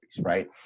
right